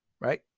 right